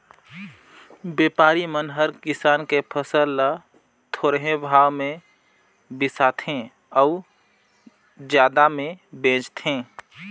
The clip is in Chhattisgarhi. बेपारी मन हर किसान के फसल ल थोरहें भाव मे बिसाथें अउ जादा मे बेचथें